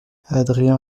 adrien